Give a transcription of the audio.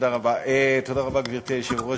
גברתי היושבת-ראש,